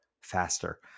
faster